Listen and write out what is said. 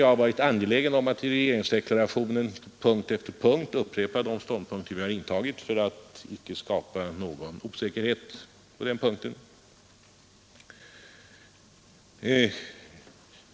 Jag har varit mycket angelägen om att i regeringsdeklarationen på punkt efter punkt upprepa de ståndpunkter vi intagit för att icke skapa någon osäkerhet i det fallet.